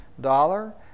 dollar